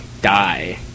die